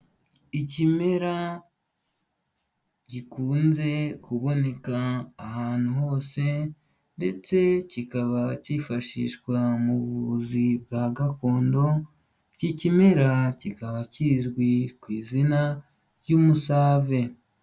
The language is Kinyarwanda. Ikimera gikunze kuboneka ahantu hose ndetse kikaba cyifashishwa mu buvuzi bwa gakondo, iki kimera kikaba kizwi ku izina ry'umusave.